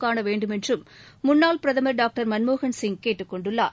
காண வேண்டுமென்றும் முன்னாள் பிரதமர் டாக்டர் மன்மோகன்சிங் கேட்டுக் கொண்டுள்ளார்